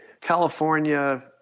California